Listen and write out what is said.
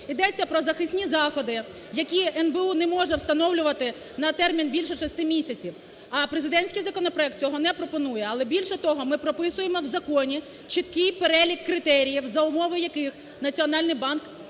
ідеться про захисні заходи, які НБУ не може встановлювати на термін більше 6 місяців, а президентський законопроект цього не пропонує. Але, більше того, ми прописуємо в законі чіткий перелік критеріїв, за умови яких Національний банк